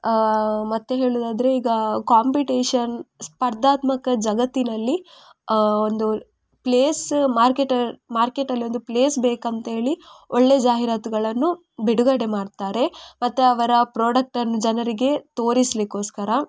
ಮತ್ತೆ ಹೇಳುವುದಾದ್ರೆ ಈಗ ಕಾಂಪಿಟೇಷನ್ ಸ್ಪರ್ಧಾತ್ಮಕ ಜಗತ್ತಿನಲ್ಲಿ ಒಂದು ಪ್ಲೇಸ್ ಮಾರ್ಕೆಟ್ ಮಾರ್ಕೆಟಲ್ಲೊಂದು ಪ್ಲೇಸ್ ಬೇಕಂಥೇಳಿ ಒಳ್ಳೆ ಜಾಹಿರಾತುಗಳನ್ನು ಬಿಡುಗಡೆ ಮಾಡ್ತಾರೆ ಮತ್ತೆ ಅವರ ಪ್ರೋಡಕ್ಟನ್ನು ಜನರಿಗೆ ತೋರಿಸಲಿಕ್ಕೋಸ್ಕರ